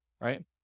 Right